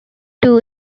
two